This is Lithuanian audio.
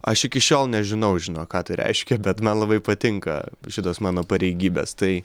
aš iki šiol nežinau žinok ką tai reiškia bet man labai patinka šitos mano pareigybės tai